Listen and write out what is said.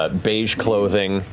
ah beige clothing,